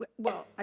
but well, ah